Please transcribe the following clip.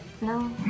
no